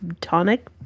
tonic